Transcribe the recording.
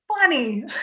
funny